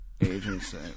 Agency